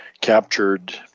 captured